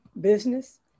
business